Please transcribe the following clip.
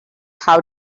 how